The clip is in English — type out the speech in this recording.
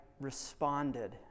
responded